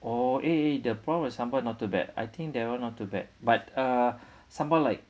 orh eh eh the prawn with sambal not too bad I think they are not too bad but uh sambal like